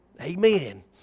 Amen